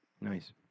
Nice